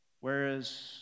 Whereas